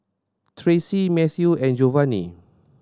Tracey Matthew and Jovanny